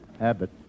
Abbott